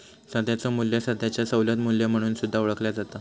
सध्याचो मू्ल्य सध्याचो सवलत मू्ल्य म्हणून सुद्धा ओळखला जाता